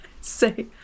Say